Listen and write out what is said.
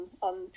on